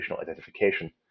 identification